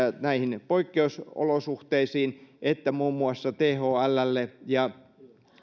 näihin poikkeusolosuhteisiin että muun muassa thllle ja